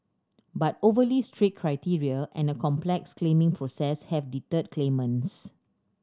but overly strict criteria and a complex claiming process have deterred claimants